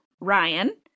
Ryan